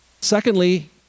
Secondly